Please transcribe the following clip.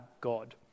God